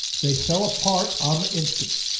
they fell apart on the instant.